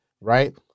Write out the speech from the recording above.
right